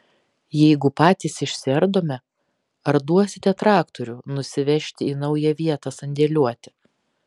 jeigu patys išsiardome ar duosite traktorių nusivežti į naują vietą sandėliuoti